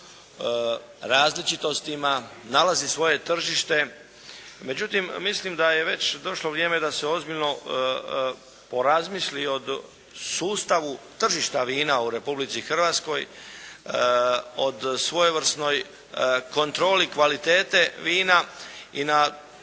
različitostima, nalazi svoje tržište, međutim, mislim da je već došlo vrijeme da se ozbiljno porazmisli o sustavu tržišta vina u Republici Hrvatskoj, o svojevrsnoj kontroli kvalitete vina i na